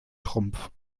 trumpf